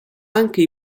anche